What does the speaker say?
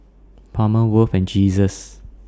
Palmer Worth and Jesus